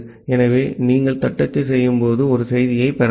ஆகவே நீங்கள் தட்டச்சு செய்யும் போது ஒரு செய்தியைப் பெறலாம்